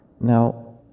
Now